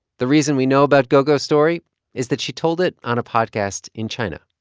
the reason we know about gougou's story is that she told it on a podcast in china.